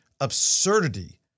absurdity